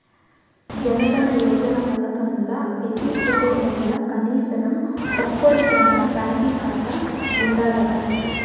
జనదన యోజన పదకంల పెతీ కుటుంబంల కనీసరం ఒక్కోరికైనా బాంకీ కాతా ఉండాదట